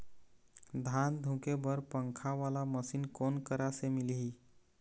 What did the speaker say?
धान धुके बर पंखा वाला मशीन कोन करा से मिलही?